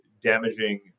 damaging